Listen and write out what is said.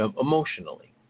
emotionally